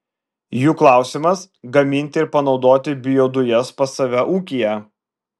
jų klausimas gaminti ir panaudoti biodujas pas save ūkyje